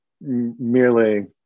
merely